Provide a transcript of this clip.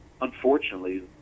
unfortunately